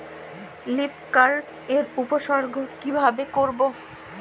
Leaf curl এর উপসর্গ কিভাবে করব?